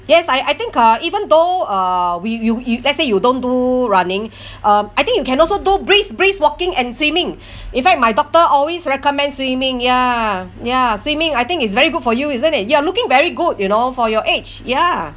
yes I I think uh even though uh we you you let's say you don't do running um I think you can also do brisk brisk walking and swimming in fact my doctor always recommend swimming ya ya swimming I think it's very good for you isn't it you are looking very good you know for your age ya